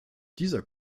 dieser